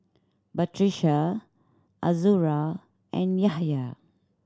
Batrisya Azura and Yahya